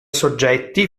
soggetti